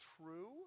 true